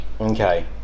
Okay